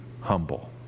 humble